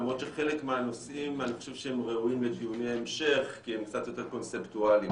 למרות שחלק מהנושאים ראויים לדיוני המשך כי הם קצת יותר קונספטואליים.